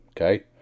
okay